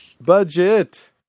Budget